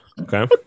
okay